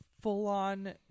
full-on